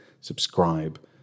subscribe